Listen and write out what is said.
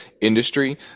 industry